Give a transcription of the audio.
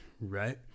right